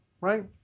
right